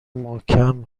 محکم